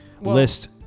List